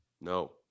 No